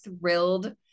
thrilled